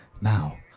Now